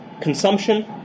consumption